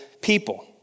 people